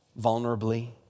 vulnerably